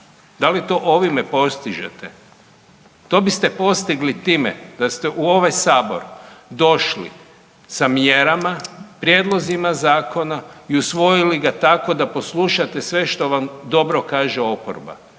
Da li to ovime postižete? To biste postigli time da ste u ovaj sabor došli sa mjerama, prijedlozima zakona i usvojili ga tako da poslušate sve što vam dobro kaže oporba.